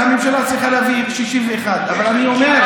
הממשלה צריכה להביא 61. אבל אני אומר,